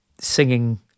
singing